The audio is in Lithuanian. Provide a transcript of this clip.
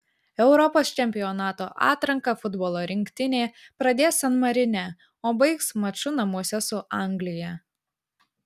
europos čempionato atranką futbolo rinktinė pradės san marine o baigs maču namuose su anglija